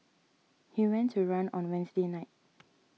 he went a run on Wednesday night